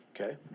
Okay